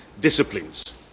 disciplines